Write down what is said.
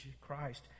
Christ